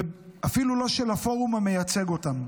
אפילו לא של הפורום שמייצג אותם.